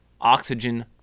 oxygen